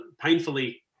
painfully